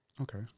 Okay